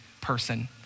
person